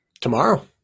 Tomorrow